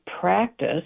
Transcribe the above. practice